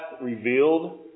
revealed